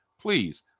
please